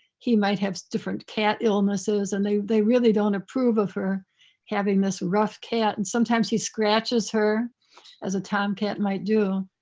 he might have different cat illnesses and they they really don't approve of her having this rough cat and sometimes he scratches her as a tomcat might do.